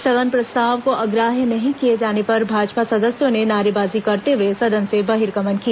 स्थगन प्रस्ताव को ग्राह्य नहीं किए जाने पर भाजपा सदस्यों ने नारेबाजी करते हए सदन से बहिर्गमन किया